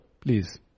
Please